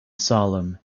salem